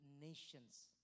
nations